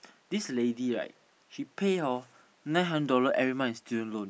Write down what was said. this lady right she pay hor nine hundred dollar every month in student loan